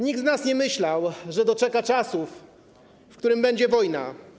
Nikt z nas nie myślał, że doczeka czasów, w których będzie wojna.